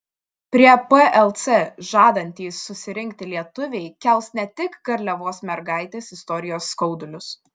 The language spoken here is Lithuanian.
prie plc žadantys susirinkti lietuviai kels ne tik garliavos mergaitės istorijos skaudulius